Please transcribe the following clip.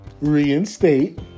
Reinstate